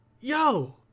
Yo